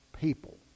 people